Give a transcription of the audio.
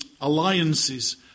alliances